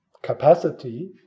capacity